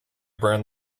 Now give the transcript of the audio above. burned